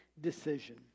decision